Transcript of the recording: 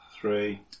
three